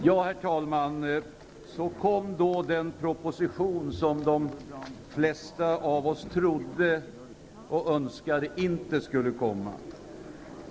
Herr talman! Så kom då den proposition som de flesta av oss trodde och önskade inte skulle komma.